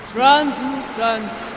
Translucent